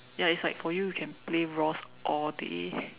ya it's like for you you can play ROS all day